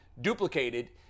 duplicated